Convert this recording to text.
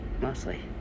mostly